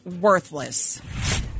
worthless